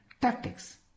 tactics